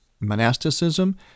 monasticism